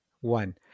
one